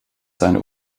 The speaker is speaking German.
seine